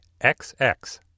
XX